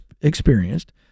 experienced